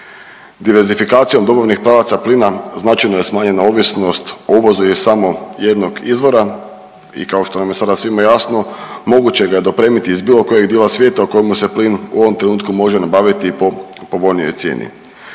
Diversifikacijom dobavnih pravaca plina značajno je smanjena ovisnost o uvozu još samo jednog izvora i kao što nam je sada svima jasno moguće ga je dopremiti iz bilo kojeg dijela svijeta u kojem se plin u ovom trenutku može nabaviti po povoljnijoj cijeni.